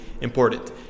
important